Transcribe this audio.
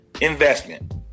investment